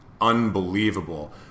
unbelievable